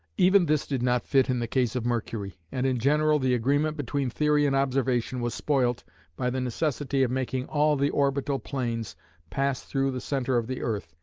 even this did not fit in the case of mercury, and in general the agreement between theory and observation was spoilt by the necessity of making all the orbital planes pass through the centre of the earth,